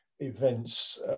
events